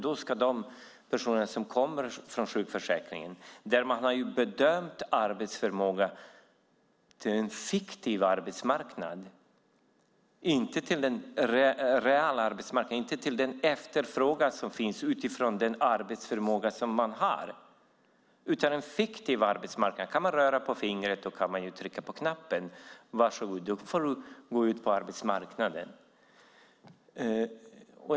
Där finns personer som kommer från sjukförsäkringen där man har bedömt deras arbetsförmåga på en fiktiv arbetsmarknad, inte den reala arbetsmarknaden, inte anpassad till den efterfrågan som finns utifrån den arbetsförmåga de har utan till en fiktiv arbetsmarknad. Kan du röra på fingret kan du trycka på knappen, och då får du gå ut på arbetsmarknaden.